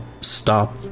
stop